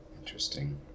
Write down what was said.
Interesting